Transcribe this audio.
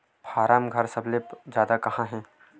form घर सबले जादा कहां हे